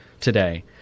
today